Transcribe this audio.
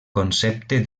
concepte